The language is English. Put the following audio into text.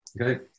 Okay